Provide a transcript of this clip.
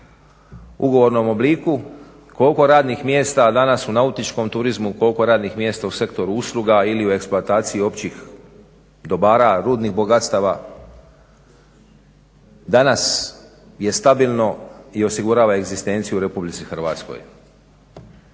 ugovornom obliku, koliko radnih mjesta danas u nautičkom turizmu, koliko radnih mjesta u sektoru usluga ili u eksploataciji općih dobara, rudnih bogatstava danas je stabilno i osigurava egzistenciju u RH. Jasna stvar mogu